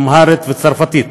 אמהרית וצרפתית,